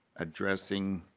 addressing